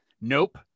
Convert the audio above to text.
nope